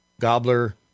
Gobbler